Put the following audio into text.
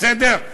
בסדר?